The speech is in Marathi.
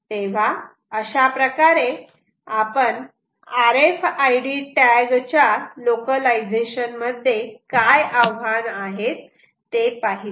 तेव्हा अशाप्रकारे आपण R F I D tag च्या लोकलायझेशन मध्ये काय आव्हानं आहेत ते पाहिले